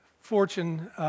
fortune